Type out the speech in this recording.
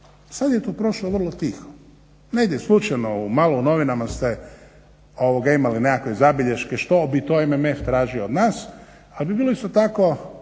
sada je to prošlo vrlo tiho. Negdje slučajno malo u novinama ste imali nekakve zabilješke što bi to MMF tražio od nas ali bi bilo isto tako